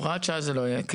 הוראת שעה זה לא יהיה.